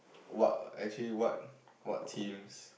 what actually what what teams